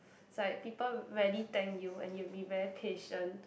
is like people rarely thank you and you will be very patient